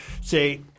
Say